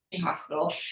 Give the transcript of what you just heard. hospital